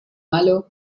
malo